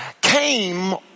came